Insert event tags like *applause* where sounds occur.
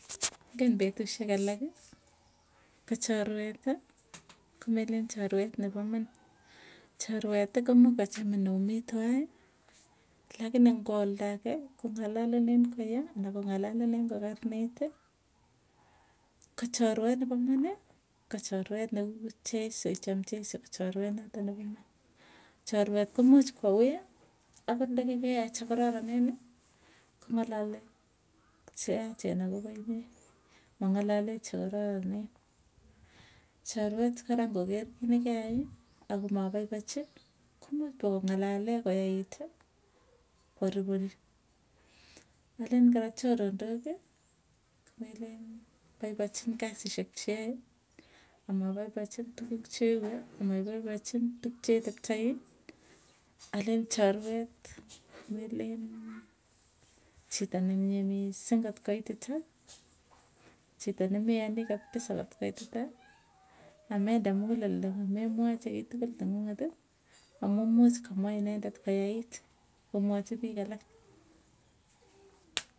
*noise* Ngen petusyek alaki, ko chorweti ko melen chorwet nepo maan, chorweti komuuch kochamin omii twai. Lakini ngwa oldage kong'alalenen koyaa, ana kong'alalenin kokarniti. Ko chorwet nepa man, ko chorwet neu cheiso icham cheiso, chorwet noto nepo iman. Chorwet komuuch kwa ui akot ndekekeai chekararaneni, kong'alali cheyachen akopainye. Mang'alale chekararanen chorwet kora ngekerin kiit nekeai ako ma paipochi, komuuch pakong'ale koyaiti, kwariporik alen kora choronoki komelen paipochin kasisyek cheae amapaipochin tukuuk cheue amapoipochin tuk che teptoi alen chorwet elen chito neitinye mising kotkoititachito, ne meani kabisa kotkoititaamende mukuleldo. Amemwachi kitukul neng'unget amuu muuch komwa inendet koyait komwachi piik alak. *noise*